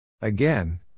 Again